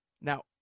now